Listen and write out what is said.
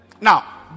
now